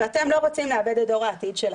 ואתם לא רוצים לאבד את דור העתיד שלכם.